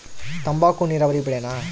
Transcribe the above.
ತಂಬಾಕು ನೇರಾವರಿ ಬೆಳೆನಾ?